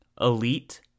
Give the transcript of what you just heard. Elite